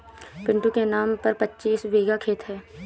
पिंटू के नाम पर पच्चीस बीघा खेत है